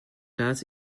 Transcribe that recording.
place